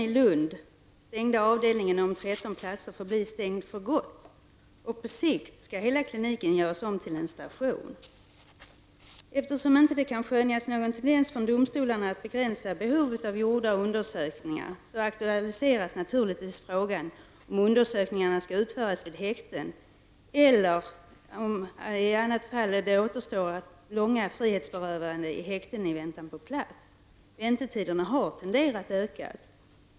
platser förbli stängd för gott, och på sikt skall hela kliniken göras om till en station. Eftersom det inte kan skönjas någon tendens från domstolarnas sida att begränsa behovet av gjorda undersökningar aktualiseras naturligtvis frågan, om undersökningarna skall utföras vid häkten. I annat fall återstår långa frihetsberövanden i häkte i väntan på plats. Väntetiderna har tenderat att öka.